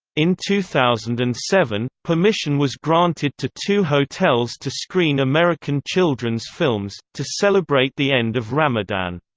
in two thousand and seven, permission was granted to two hotels to screen american children's films, to celebrate the end of ramadan.